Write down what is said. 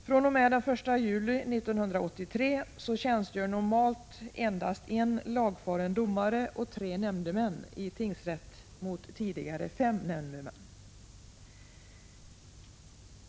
fr.o.m. den 1 juli 1983 tjänstgör normalt endast en lagfaren domare och tre nämndemän i tingsrätt mot tidigare fem nämndemän.